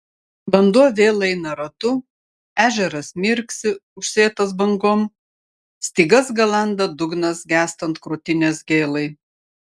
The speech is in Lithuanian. vanduo vėl eina ratu ežeras mirksi užsėtas bangom stygas galanda dugnas gęstant krūtinės gėlai